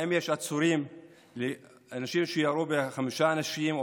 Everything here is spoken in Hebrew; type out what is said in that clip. יש עצורים מהאנשים שירו בחמישה אנשים,